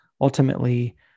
ultimately